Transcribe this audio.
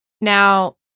Now